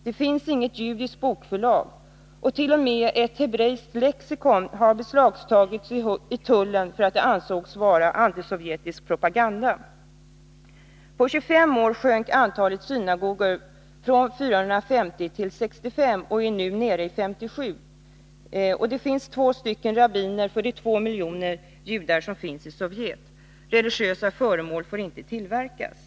Det finns inget judiskt bokförlag. T. o. m. ett hebreiskt lexikon har beslagtagits i tullen därför att det ansågs vara antisovjetisk propaganda. På 25 år sjönk antalet synagogor från 450 till 65 och är nu nere i 57. Det finns 2 rabbiner för de 2 miljoner judar som lever i Sovjet. Religiösa föremål får inte tillverkas.